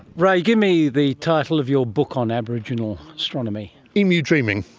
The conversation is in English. ray, give me the title of your book on aboriginal astronomy. emu dreaming.